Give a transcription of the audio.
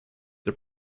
the